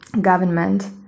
government